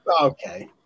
Okay